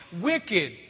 wicked